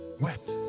wept